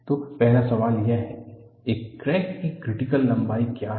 तो पहला सवाल यह है "एक क्रैक की क्रिटिकल लंबाई क्या है